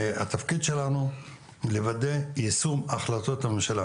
התפקיד שלנו הוא לוודא יישום החלטות הממשלה,